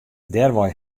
dêrwei